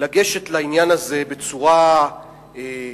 לגשת לעניין הזה בצורה רצינית